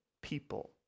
people